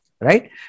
right